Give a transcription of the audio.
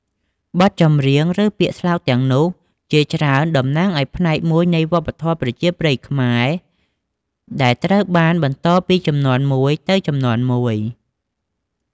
បទចម្រៀង ឬពាក្យស្លោកទាំងនោះជាច្រើនតំណាងឱ្យផ្នែកមួយនៃវប្បធម៌ប្រជាប្រិយខ្មែរ ដែលត្រូវបានបន្តពីជំនាន់មួយទៅជំនាន់មួយ។